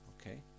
okay